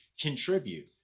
contribute